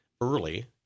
early